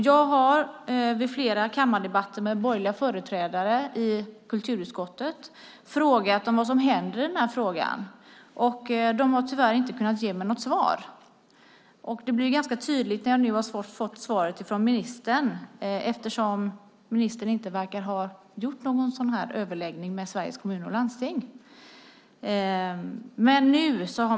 Jag har i flera kammaredebatter med borgerliga företrädare i kulturutskottet frågat vad som händer i den här frågan, och de har tyvärr inte kunnat ge mig något svar. Det blir ganska tydligt när jag nu har fått svaret från ministern, eftersom han inte verkar ha haft någon överläggning med Sveriges Kommuner och Landsting.